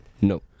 no